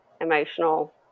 emotional